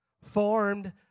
formed